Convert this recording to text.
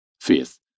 faith